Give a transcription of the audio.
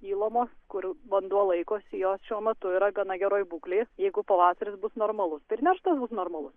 įlomos kur vanduo laikosi jos šiuo metu yra gana geroj būklėj jeigu pavasaris bus normalus ir nerštas bus normalus